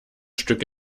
stück